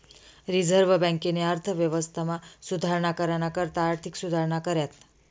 reserve बँकेनी अर्थव्यवस्थामा सुधारणा कराना करता आर्थिक सुधारणा कऱ्यात